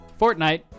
Fortnite